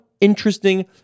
interesting